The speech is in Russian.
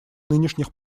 нынешних